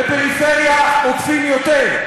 בפריפריה אוכפים יותר.